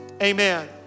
amen